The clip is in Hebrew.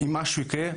אם משהו יקרה,